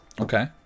Okay